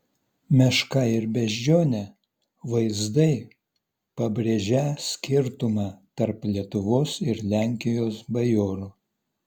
meška ir beždžionė vaizdai pabrėžią skirtumą tarp lietuvos ir lenkijos bajorų